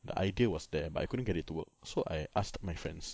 the idea was there but I couldn't get it to work so I asked my friends